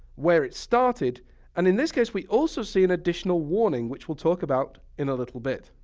where it started and in this case, we also see an additional warning. which we'll talk about in a little bit.